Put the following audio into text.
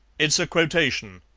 it's a quotation,